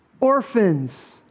orphans